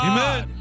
Amen